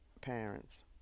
parents